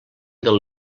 del